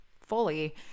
fully